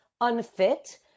unfit